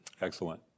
Excellent